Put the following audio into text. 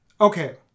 okay